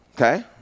Okay